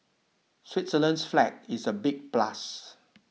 Switzerland's flag is a big plus